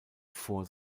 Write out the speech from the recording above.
vor